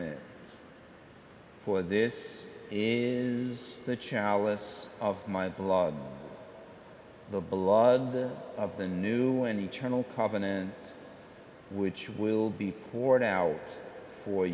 him for this is the chalice of my blog the blood of the new and eternal covenant which will be poured out for